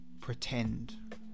Pretend